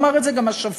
הוא אמר את זה גם השבוע,